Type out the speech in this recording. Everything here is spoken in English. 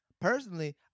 personally